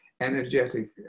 energetic